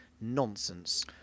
Nonsense